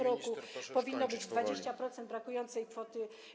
roku powinno być 20% brakującej kwoty.